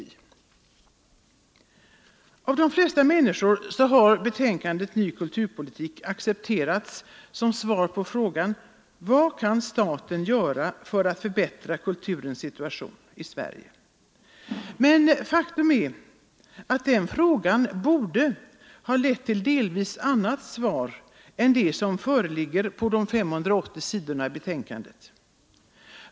Av de flesta människor har betänkandet Ny kulturpolitik accepterats som svar på frågan: Vad kan staten göra för att förbättra kulturens situation i Sverige? Men faktum är att den frågan borde ha lett till delvis annat svar än det som nu föreligger på de 580 sidorna i betänkandet.